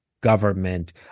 government